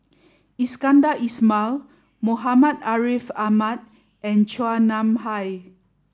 Iskandar Ismail Muhammad Ariff Ahmad and Chua Nam Hai